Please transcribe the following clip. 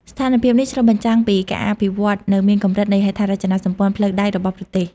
ស្ថានភាពនេះឆ្លុះបញ្ចាំងពីការអភិវឌ្ឍនៅមានកម្រិតនៃហេដ្ឋារចនាសម្ព័ន្ធផ្លូវដែករបស់ប្រទេស។